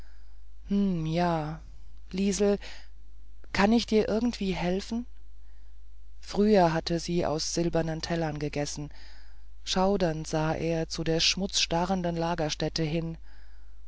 ja liesel kann ich dir irgendwie helfen früher hat sie aus silbernen tellern gegessen schaudernd sah er zu der schmutzstarrenden lagerstätte hinüber